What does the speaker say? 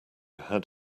had